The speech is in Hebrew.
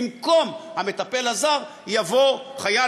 יוכל להמיר: במקום המטפל הזר יבוא חייל